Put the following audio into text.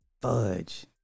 Fudge